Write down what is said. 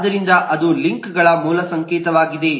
ಆದ್ದರಿಂದ ಅದು ಲಿಂಕ್ಗಳ ಮೂಲ ಸಂಕೇತವಾಗಿದೆ